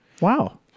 Wow